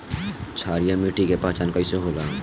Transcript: क्षारीय मिट्टी के पहचान कईसे होला?